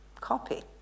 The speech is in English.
copy